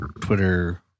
Twitter